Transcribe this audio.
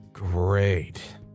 Great